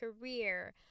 career